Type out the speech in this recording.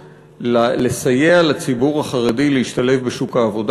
לסייע לציבור החרדי להשתלב בשוק העבודה.